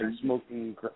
smoking